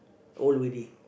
old already